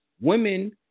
women